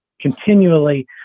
continually